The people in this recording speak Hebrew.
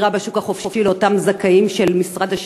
החופשי לאותם זכאים של משרד השיכון,